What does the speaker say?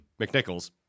mcnichols